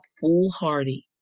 foolhardy